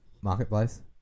Marketplace